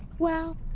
well,